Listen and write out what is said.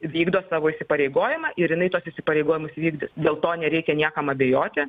vykdo savo įsipareigojimą ir jinai tuos įsipareigojimus vykdys dėl to nereikia niekam abejoti